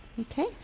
Okay